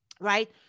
right